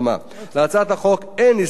להצעת החוק אין הסתייגויות.